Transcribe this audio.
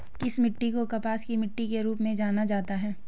किस मिट्टी को कपास की मिट्टी के रूप में जाना जाता है?